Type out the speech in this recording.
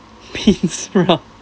you please lah